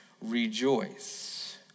rejoice